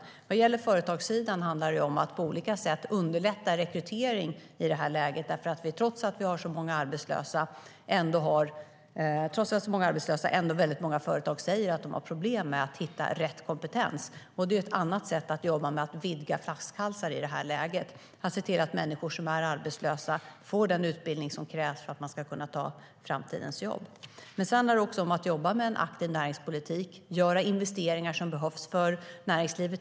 När det gäller företagssidan handlar det om att i det här läget underlätta rekrytering på olika sätt. Trots att vi har många arbetslösa säger många företag att de har problem att hitta rätt kompetens. Ett annat sätt att jobba för att vidga flaskhalsar är att se till att människor som är arbetslösa får den utbildning som krävs för att kunna ta framtidens jobb. Det handlar också om att jobba med en aktiv näringspolitik, om att göra investeringar som behövs för näringslivet.